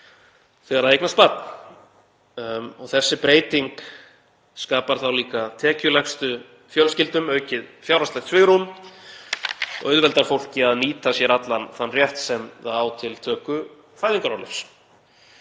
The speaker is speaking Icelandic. þegar það eignast barn. Þessi breyting skapar þá líka tekjulægstu fjölskyldum aukið fjárhagslegt svigrúm og auðveldar fólki að nýta sér allan þann rétt sem það á til töku fæðingarorlofs.